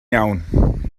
iawn